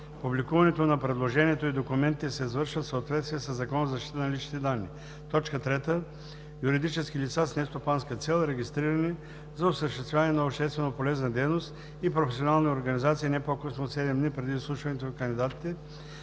Публикуването на предложението и документите се извършва в съответствие със Закона за защита на личните данни. 3. Юридически лица с нестопанска цел, регистрирани за осъществяване на общественополезна дейност, и професионални организации не по-късно от 7 дни преди изслушването на кандидатите